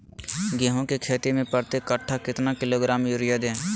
गेंहू की खेती में प्रति कट्ठा कितना किलोग्राम युरिया दे?